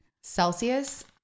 Celsius